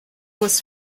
was